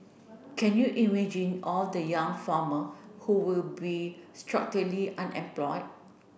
can you imagine all the young farmer who will be structurally unemployed